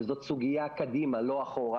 שזאת סוגיה קדימה ולא אחורה.